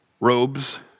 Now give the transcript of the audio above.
Robes